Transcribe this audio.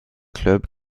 club